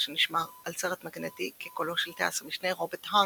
שנשמר על סרט מגנטי כקולו של טייס המשנה רוברט הארמס,